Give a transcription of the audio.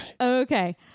Okay